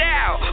out